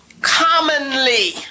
commonly